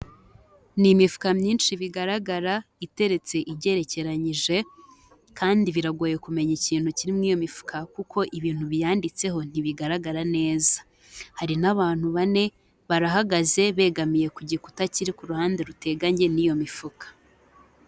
Ni imifuka myinshi bigaragara iteretse igerekeranyije kandi biragoye kumenya ikintu kiri muri iyo mifuka kuko ibintu biyanditseho ntibigaragara neza, hari n'abantu bane barahagaze begamiye ku gikuta kiri ku ruhande ruteganye n'iyo mifuka.